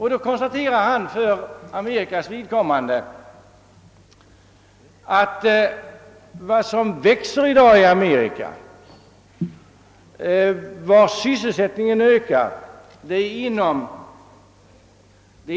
Han konstaterar där för Amerikas vidkommande att det är inom den s.k. non profit-sektorn som sysselsättningen i dag ökar.